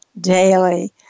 daily